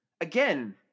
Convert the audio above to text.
Again